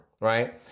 right